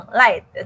light